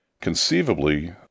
Conceivably